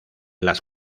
las